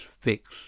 fix